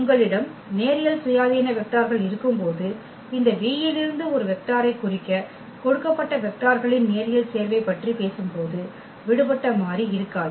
உங்களிடம் நேரியல் சுயாதீன வெக்டார்கள் இருக்கும்போது இந்த V இலிருந்து ஒரு வெக்டாரை குறிக்க கொடுக்கப்பட்ட வெக்டர்களின் நேரியல் சேர்வை பற்றி பேசும்போது விடுபட்ட மாறி இருக்காது